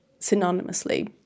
synonymously